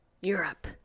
Europe